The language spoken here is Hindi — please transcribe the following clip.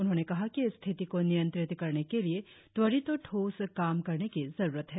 उन्होंने कहा कि स्थिति को नियंत्रित करने के लिए त्वरित और ठोस काम करने की जरूरत है